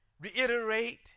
reiterate